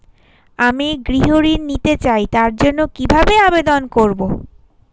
আমি গৃহ ঋণ নিতে চাই তার জন্য কিভাবে আবেদন করব?